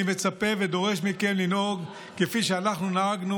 אני מצפה ודורש מכם לנהוג כפי שאנחנו נהגנו.